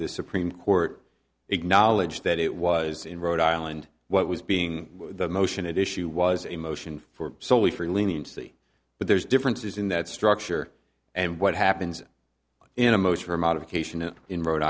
the supreme court acknowledged that it was in rhode island what was being the motion it issue was a motion for solely for leniency but there's differences in that structure and what happens in